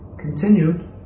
continued